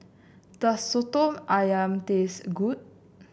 does soto ayam taste good